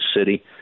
city